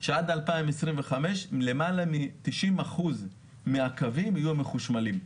שעד 2025 למעלה מ-90% מהקווים יהיו מחושמלים.